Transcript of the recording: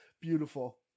Beautiful